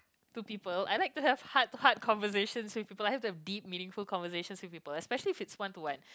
to people I like to have heart heart conversation with people I like to bet meaningful conversation with people specially it's one to one